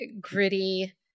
gritty